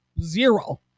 zero